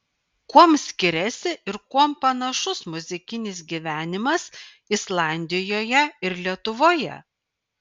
kuom skiriasi ir kuom panašus muzikinis gyvenimas islandijoje ir lietuvoje